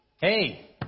Hey